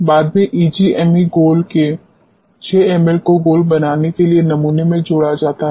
बाद में ईजीएमई घोल के 6 एमएल को घोल बनाने के लिए नमूने में जोड़ा जाता है